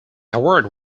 award